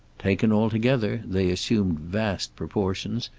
taken all together, they assumed vast proportions,